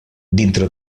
dintre